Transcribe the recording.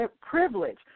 privilege